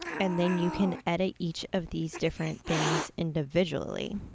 and then you can edit each of these different things individually.